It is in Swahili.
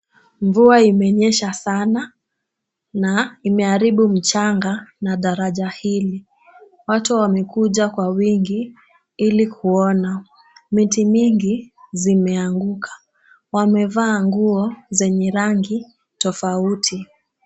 Mvua imenyesha sana, na imeharibu mchanga na daraja hili. Watu wamekuja kwa wingi, ili kuona, miti mingi zimeanguka. Wamevaa nguo zenye rangi tofauti.